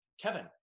Kevin